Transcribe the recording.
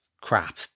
crap